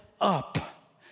up